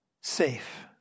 safe